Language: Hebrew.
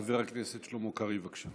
חבר הכנסת שלמה קרעי, בבקשה,